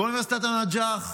באוניברסיטת א-נג'אח,